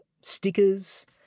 stickers